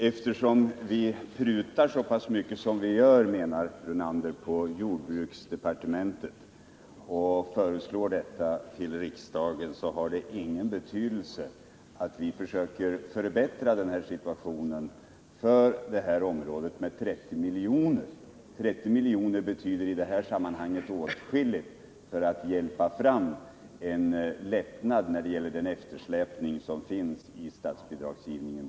Fru talman! Det var ett utomordentligt intressant sätt att argumentera. Lennart Brunander menar tydligen att den av oss föreslagna anslagshöjningen med 30 milj.kr. inte bidrar till att hjälpa upp situationen på detta område. Men 30 milj.kr. betyder åtskilligt i detta sammanhang för att kompensera eftersläpningen i statsbidragsgivningen.